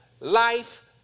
Life